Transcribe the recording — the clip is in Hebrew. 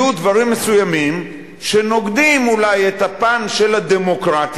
יהיו דברים מסוימים שנוגדים אולי את הפן של הדמוקרטיה,